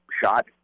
shot